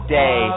day